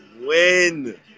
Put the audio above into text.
win